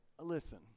Listen